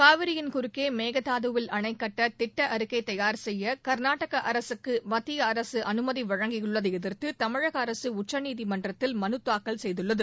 காவிரியின் குறுக்கே மேகதாதுவில் அணை கட்ட திட்ட அறிக்கை தயார் செய்ய கர்நாடக அரசுக்கு மத்திய அரசு அனுமதி அளித்துள்ளதை எதிர்த்து தமிழக அரசு உச்சநீதிமன்றத்தில் மனுதாக்கல் செய்துள்ளது